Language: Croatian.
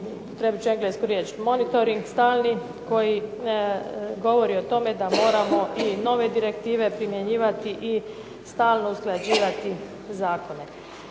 ću englesku riječ, monitoring stalni koji govori o tome da moramo i nove direktive primjenjivati i stalno usklađivati zakone.